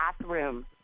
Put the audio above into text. bathroom